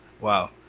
Wow